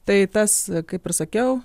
tai tas kaip ir sakiau